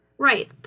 Right